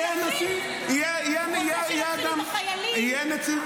-- יהיה הנציב, יהיה האדם, יהיה הנציב.